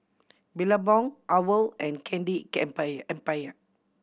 Billabong owl and Candy Empire